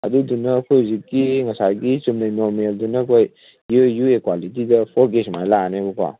ꯑꯗꯨꯗꯨꯅ ꯑꯩꯈꯣꯏ ꯍꯧꯖꯤꯛꯀꯤ ꯉꯁꯥꯏꯒꯤ ꯑꯩꯈꯣꯏ ꯆꯨꯝꯅꯒꯤ ꯅꯣꯔꯃꯦꯜꯗꯨꯅ ꯑꯩꯈꯣꯏ ꯌꯨ ꯑꯦ ꯀ꯭ꯋꯥꯂꯤꯇꯤꯗ ꯐꯣꯔ ꯀꯦ ꯁꯨꯃꯥꯏꯅ ꯂꯥꯛꯑꯅꯦꯕꯀꯣ